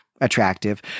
attractive